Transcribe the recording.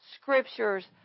scriptures